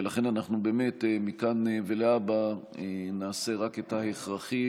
ולכן אנחנו באמת מכאן ולהבא נעשה רק את ההכרחי,